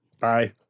Bye